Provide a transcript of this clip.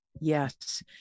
Yes